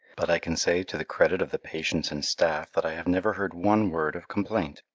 but i can say to the credit of the patients and staff that i have never heard one word of complaint.